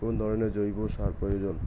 কোন ধরণের জৈব সার প্রয়োজন?